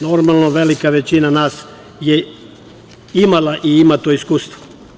Normalno, velika većina nas je imala i ima to iskustvo.